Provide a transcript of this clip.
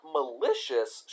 malicious